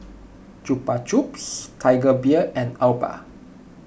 Chupa Chups Tiger Beer and Alba